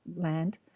land